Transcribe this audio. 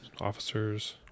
officers